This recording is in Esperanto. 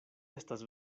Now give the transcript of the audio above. estas